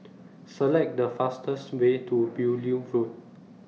Select The fastest Way to Beaulieu Road